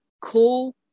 cool